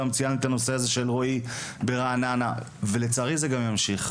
גם ציינתי את הנושא הזה של אלרועי ברעננה ולצערי זה גם ימשיך.